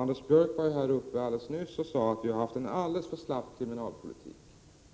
Anders Björck sade alldeles nyss att kriminalpolitiken